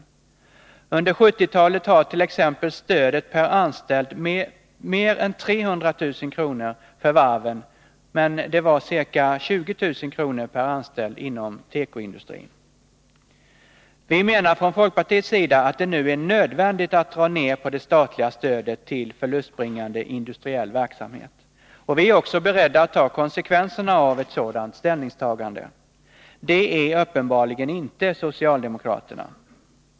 Under 1970-talet var t.ex. stödet per anställd mer än 300 000 kronor för varven medan det var ca 20 000 kronor per anställd inom tekoindustrin. Vi menar från folkpartiets sida att det nu är nödvändigt att dra ner på det statliga stödet till förlustbringande industriell verksamhet, och vi är också beredda att ta konsekvenserna av ett sådant ställningstagande. Det är uppenbarligen inte socialdemokraterna.